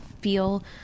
feel